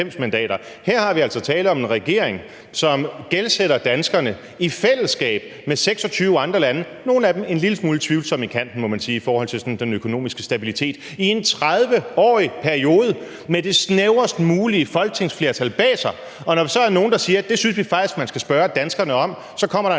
Her er der altså tale om en regering, som gældsætter danskerne i fællesskab med 26 andre lande, nogle af dem en lille smule tvivlsomme i kanten, må man sige, sådan i forhold til den økonomiske stabilitet, i en 30-årig periode med det snævrest mulige folketingsflertal bag sig. Og når vi så er nogle, der siger, at det synes vi faktisk man skal spørge danskerne om, så kommer der